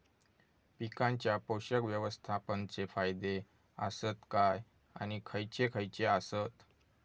पीकांच्या पोषक व्यवस्थापन चे फायदे आसत काय आणि खैयचे खैयचे आसत?